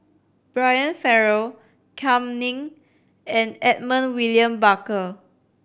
Brian Farrell Kam Ning and Edmund William Barker